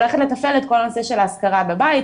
הולכת לתפעל את כל הנושא של האזכרה בבית,